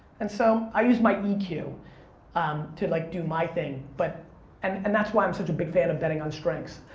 and so, i use my eq um to like do my thing, but and and that's why i'm such a big fan of betting on strengths.